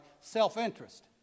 self-interest